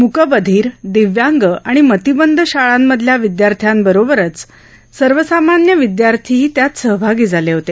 मुकबधिर दिव्यांग आणि मतिमंद शाळांमधल्या विदयार्थ्यांबरोबरच सर्वसामान्य विदयार्थीही त्यात सहभागी झाले होते